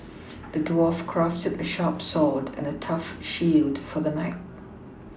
the dwarf crafted a sharp sword and a tough shield for the knight